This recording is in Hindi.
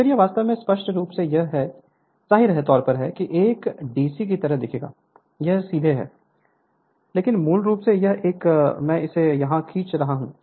फिर यह वास्तव में स्पष्ट रूप से है यह जाहिर तौर पर एक डीसी की तरह दिखेगा यह सीधे हैं लेकिन मूल रूप से यह एक मैं इसे यहां खींच रहा हूं